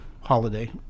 Holiday